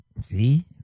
See